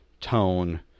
tone